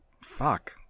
fuck